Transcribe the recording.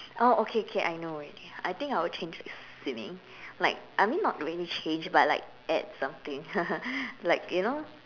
oh okay okay I know already I think I will change swimming like I mean not really change but like add something like you know